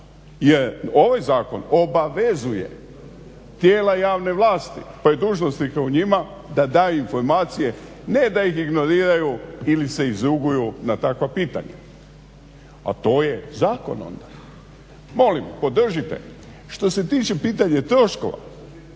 Jer ovaj zakon obavezuje tijela javne vlasti pa i dužnosnika u njima da daju informacije, ne da ih ignoriraju ili se izruguju na takva pitanja. A to je zakon. Molim podržite, što se tiče pitanje troškova,